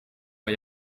bij